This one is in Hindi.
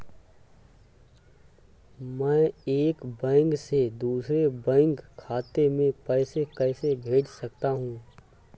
मैं एक बैंक से दूसरे बैंक खाते में पैसे कैसे भेज सकता हूँ?